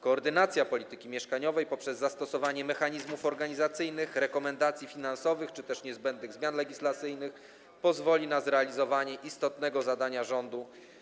Koordynacja polityki mieszkaniowej poprzez zastosowanie mechanizmów organizacyjnych, rekomendacji finansowych czy też niezbędne zmiany legislacyjne pozwoli na zrealizowanie istotnego zadania rządu.